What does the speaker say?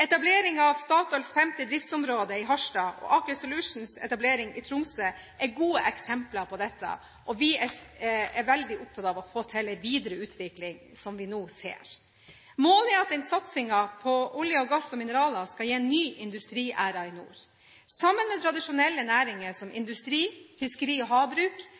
Etablering av Statoils femte driftsområde i Harstad og Aker Solutions etablering i Tromsø er gode eksempler på dette, og vi er veldig opptatt av å få til en videre utvikling – som vi nå ser. Målet er at satsingen på olje, gass og mineraler skal gi en ny industriæra i nord. Sammen med tradisjonelle næringer som industri, fiskeri og havbruk,